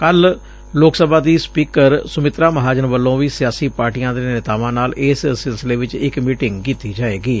ਕੱਲੁ ਲੋਕ ਸਭਾ ਦੀ ਸਪੀਕਰ ਸੁਮਿਤਰਾ ਮਹਾਜਨ ਵਲੋਂ ਵੀ ਸਿਆਸੀ ਪਾਰਟੀਆਂ ਦੇ ਨੇਤਾਵਾਂ ਨਾਲ ਇਸੇ ਸਿਲਸਿਲੇ ਚ ਇਕ ਮੀਟਿੰਗ ਕੀਤੀ ਜਾਏਗੀ